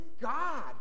god